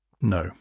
No